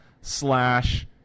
slash